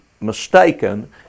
mistaken